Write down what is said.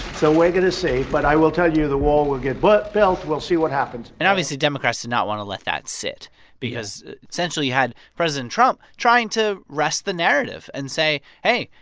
so we're going to see. but i will tell you the wall will get built. we'll see what happens and obviously, democrats did not want to let that sit because, essentially, you had president trump trying to wrest the narrative and say, hey,